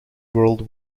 world